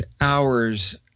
hours